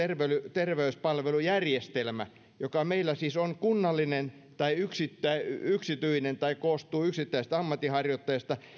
terveyspalvelujärjestelmä joka meillä siis on kunnallinen tai yksityinen tai koostuu yksittäisistä ammatinharjoittajista